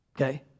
okay